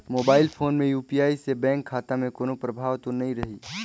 Mobile phone मे UPI से bank खाता मे कोनो प्रभाव तो नइ रही?